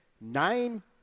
nine